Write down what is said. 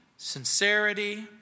Sincerity